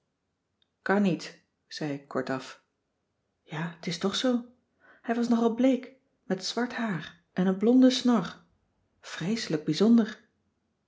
kan niet zei ik kortaf ja t is toch zoo hij was nog al bleek met zwart haar en een blonde snor vreeselijk bijzonder